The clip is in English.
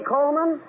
Coleman